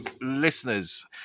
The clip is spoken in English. listeners